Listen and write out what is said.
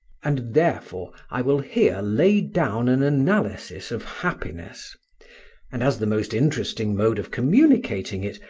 and therefore i will here lay down an analysis of happiness and as the most interesting mode of communicating it,